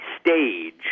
stage